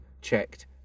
checked